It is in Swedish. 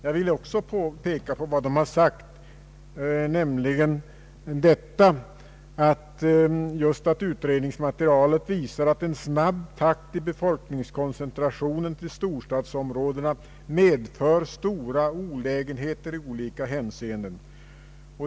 Jag vill också erinra om vad ERU även har sagt nämligen att utredningsmaterialet visar att en snabb takt i befolkningskoncentrationen till storstadsområdena medför stora olägenheter i olika hänseenden.